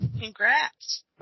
Congrats